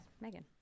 megan